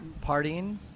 Partying